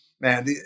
Man